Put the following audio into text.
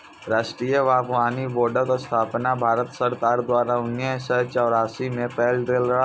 राष्ट्रीय बागबानी बोर्डक स्थापना भारत सरकार द्वारा उन्नैस सय चौरासी मे कैल गेल रहै